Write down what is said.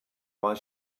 while